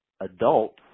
adults